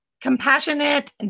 compassionate